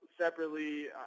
Separately